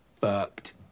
Fucked